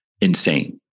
insane